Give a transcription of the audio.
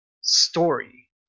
story